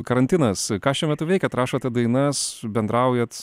karantinas ką šiuo metu veikiat rašote dainas bendraujat